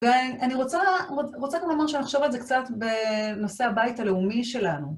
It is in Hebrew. ואני רוצה גם לומר, שאני אחשוב על זה קצת בנושא הבית הלאומי שלנו.